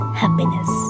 happiness